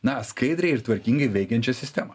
na skaidriai ir tvarkingai veikiančią sistemą